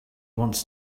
wants